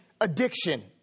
addiction